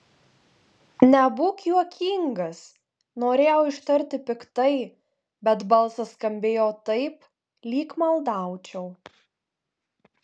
nebūk juokingas norėjau ištarti piktai bet balsas skambėjo taip lyg maldaučiau